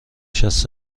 شصت